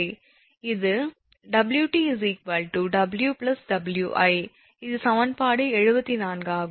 இது 𝑊𝑇𝑊𝑊𝑖 இது சமன்பாடு 74 ஆகும்